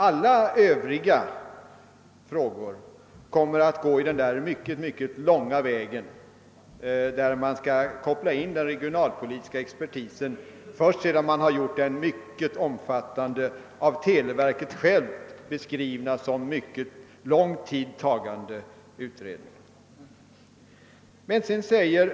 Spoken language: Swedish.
Alla övriga frågor kommer att gå den mycket långa vägen, varvid den regionalpolitiska expertisen skall inkopplas först sedan det gjorts en omfattande utredning, som enligt televerkets egna uppgifter kommer att ta mycket lång tid.